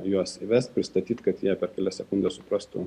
juos įvest pristatyt kad jie per kelias sekundes suprastų